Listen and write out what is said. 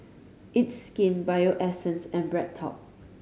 It's Skin Bio Essence and BreadTalk